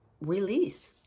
release